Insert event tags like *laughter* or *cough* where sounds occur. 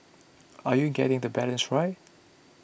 *noise* are you getting the balance right